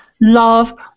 love